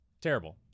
Terrible